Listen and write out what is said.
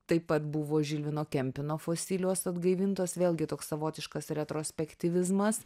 taip pat buvo žilvino kempino fosilijos atgaivintos vėlgi toks savotiškas retrospektyvizmas